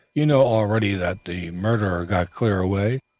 you know already that the murderer got clear away,